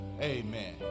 Amen